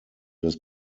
des